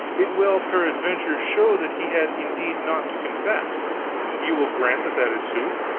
it will peradventure show that he had indeed naught to confess ye will grant that that is sooth?